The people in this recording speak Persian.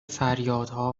فریادها